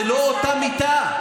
זו לא אותה מיטה.